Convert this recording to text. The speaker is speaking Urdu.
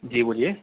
جی بولیے